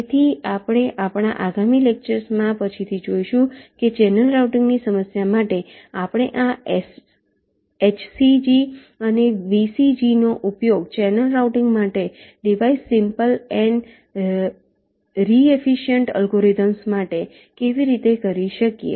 તેથી આપણે આપણાં આગામી લેક્ચર્સમાં પછીથી જોઈશું કે ચેનલ રાઉટીંગની સમસ્યા માટે આપણે આ HCG અને VCG નો ઉપયોગ ચેનલ રાઉટીંગ માટે ડિવાઇસ સિમ્પલ એન્ડ રી એફફીસીએંટ અલ્ગોરિધમ્સ માટે કેવી રીતે કરી શકીએ